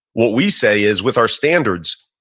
what we say is with our standards,